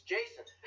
Jason